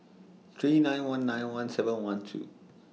three nine one nine one seven one two